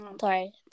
Sorry